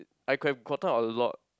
I could have gotten a lot